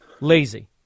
lazy